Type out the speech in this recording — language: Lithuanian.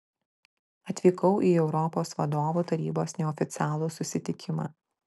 atvykau į europos vadovų tarybos neoficialų susitikimą